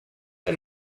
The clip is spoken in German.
ein